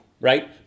right